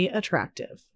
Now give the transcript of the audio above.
attractive